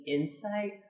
insight